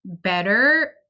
Better